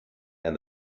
and